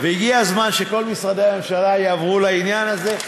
הגיע הזמן שכל משרדי הממשלה יעברו לעניין הזה.